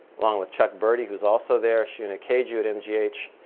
along with chuck berde, who's also there. seun akeju at mgh.